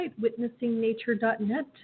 witnessingnature.net